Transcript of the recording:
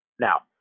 Now